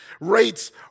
rates